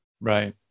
right